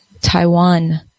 Taiwan